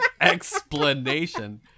Explanation